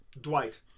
Dwight